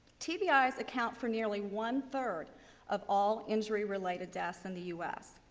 tbis account for nearly one-third of all injury related deaths in the u s.